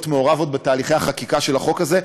להיות מעורב עוד בתהליכי החקיקה של החוק הזה,